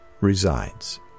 resides